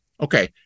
Okay